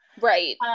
Right